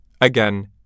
Again